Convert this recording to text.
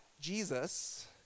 Jesus